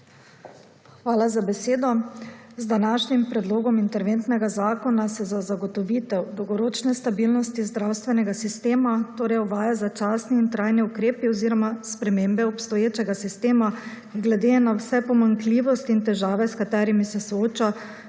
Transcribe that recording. Hvala za besedo. Z današnji predlogom interventnega zakona se za zagotovitev dolgoročne stabilnosti zdravstvenega sistema torej uvaja začasne in trajne ukrepe oziroma spremembe obstoječega sistema glede na vse pomanjkljivosti in težave, s katerimi se sooča